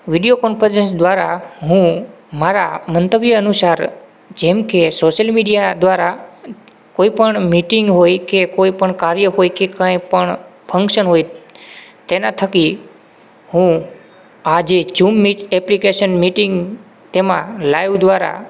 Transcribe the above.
video conference દ્વારા હું મારા મંતવ્ય અનુસાર જેમકે સોશિયલ મીડિયા દ્વારા કોઈ પણ મીટિંગ હોય કે કોઈપણ કાર્ય હોય કે કોઈપણ ફંકશન હોય તેના થકી હું આજે ઝૂમ મીટ ઍપ્લિકેશન મીટિંગ તેમાં લાઈવ દ્વારા